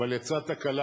אבל יצאה תקלה